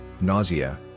nausea